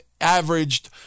averaged